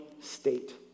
state